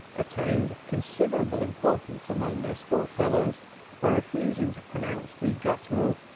attained considerable importance among their school-fellows by refusing to pronounce the guttural ch